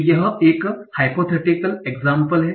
तो यह एक हाइपोथेटिकल एक्जामपल है